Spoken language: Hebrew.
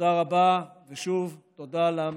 תודה רבה, ושוב, תודה למציעה.